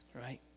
Right